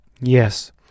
Yes